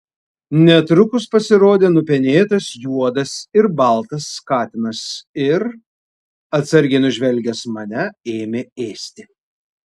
netrukus pasirodė nupenėtas juodas ir baltas katinas ir atsargiai nužvelgęs mane ėmė ėsti